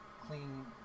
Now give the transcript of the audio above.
clean